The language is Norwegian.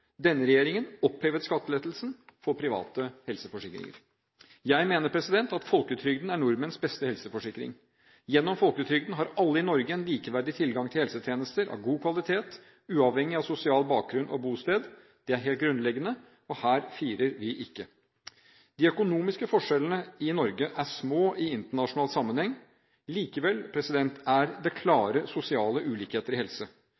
Denne regjeringen opphevet skattelettelsen for private helseforsikringer. Jeg mener at folketrygden er nordmenns beste helseforsikring. Gjennom folketrygden har alle i Norge en likeverdig tilgang til helsetjenester av god kvalitet, uavhengig av sosial bakgrunn og bosted. Det er helt grunnleggende, og her firer vi ikke! De økonomiske forskjellene i Norge er små i internasjonal sammenheng, likevel er det klare sosiale ulikheter i helse.